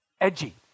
edgy